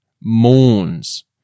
mourns